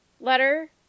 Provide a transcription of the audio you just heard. letter